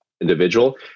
individual